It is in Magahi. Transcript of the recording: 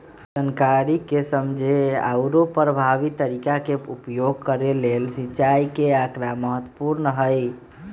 जनकारी के समझे आउरो परभावी तरीका के उपयोग करे के लेल सिंचाई के आकड़ा महत्पूर्ण हई